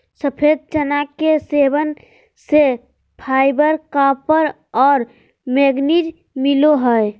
सफ़ेद चना के सेवन से फाइबर, कॉपर और मैंगनीज मिलो हइ